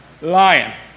Lion